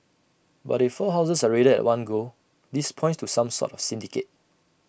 but if four houses are raided at one go this points to some sort of syndicate